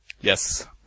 Yes